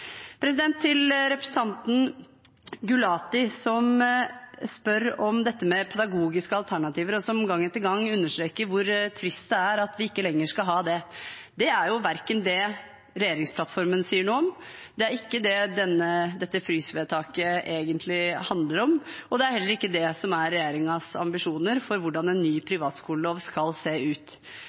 Til representanten Gulati, som spør om dette med pedagogiske alternativer, og som gang etter gang understreker hvor trist det er at vi ikke lenger skal ha det. Det er ikke det regjeringsplattformen sier noe om, det er ikke det dette frysvedtaket egentlig handler om, og det er heller ikke det som er regjeringens ambisjoner for hvordan en ny privatskolelov skal se ut.